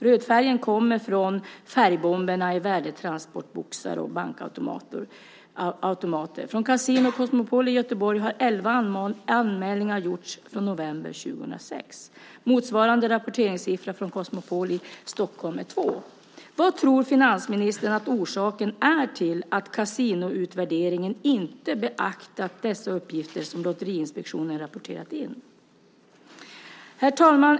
Rödfärgen kommer från färgbomber i värdetransportboxar och bankautomater. Från Casino Cosmopol i Göteborg har elva anmälningar gjorts för november 2006. Motsvarande rapporteringssiffra från Cosmopol i Stockholm är två. Vad tror finansministern att orsaken är till att Kasinoutvärderingen inte beaktat dessa uppgifter som Lotteriinspektionen rapporterat in? Herr talman!